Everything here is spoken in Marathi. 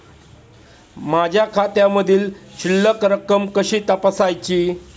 माझ्या खात्यामधील शिल्लक रक्कम कशी तपासायची?